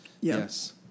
Yes